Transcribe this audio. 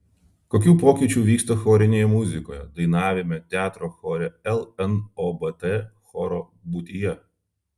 kokių pokyčių vyksta chorinėje muzikoje dainavime teatro chore lnobt choro būtyje